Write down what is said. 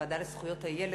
הוועדה לזכויות הילד,